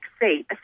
seat